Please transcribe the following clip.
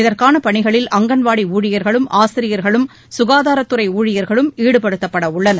இதற்கான பணிகளில் அங்கன்வாடி ஊழியர்களும் ஆசிரியர்களும் சுகாதாரத் துறை ஊழியர்களும் ஈடுபடுத்தப்படவுள்ளனர்